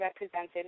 represented